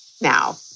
now